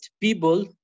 people